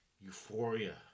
euphoria